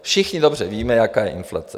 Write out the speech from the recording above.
Všichni dobře víme, jaká je inflace.